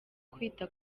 kwita